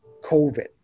COVID